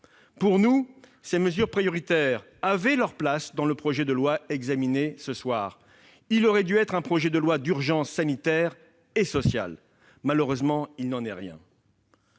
retraites ! Ces mesures prioritaires avaient selon nous leur place dans le projet de loi examiné ce soir. Ce texte aurait dû être un projet de loi d'urgence sanitaire et sociale. Malheureusement, il n'en est rien.